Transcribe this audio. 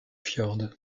fjord